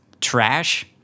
trash